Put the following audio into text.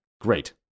Great